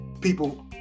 people